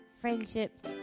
friendships